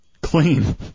clean